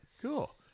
cool